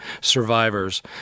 survivors